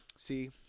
See